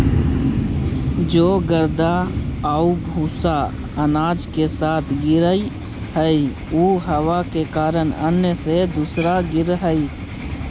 जे गर्दा आउ भूसा अनाज के साथ गिरऽ हइ उ हवा के कारण अन्न से दूर गिरऽ हइ